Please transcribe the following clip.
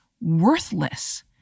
worthless